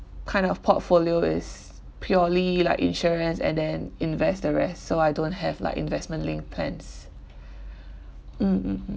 kind of portfolio is purely like insurance and then invest the rest so I don't have like investment linked plans mm mm mm